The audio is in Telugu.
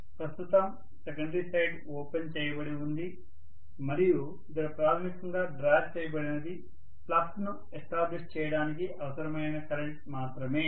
ప్రస్తుతం సెకండరీ సైడ్ ఓపెన్ చేయబడి ఉంది మరియు ఇక్కడ ప్రాధమికంగా గ్రహించబడినది ఫ్లక్స్ ను ఎస్టాబ్లిష్ చేయడానికి అవసరమైన కరెంట్ మాత్రమే